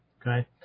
Okay